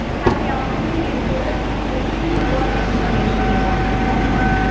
has the opportunity in twitter to choose what information they want to follow.